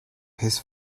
his